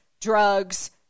drugs